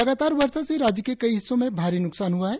लगातार बर्षा से राज्य के कई हिस्सों में भारी नुकसान हुआ है